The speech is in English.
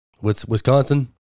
Wisconsin